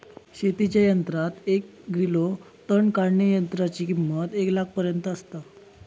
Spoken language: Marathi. शेतीच्या यंत्रात एक ग्रिलो तण काढणीयंत्राची किंमत एक लाखापर्यंत आसता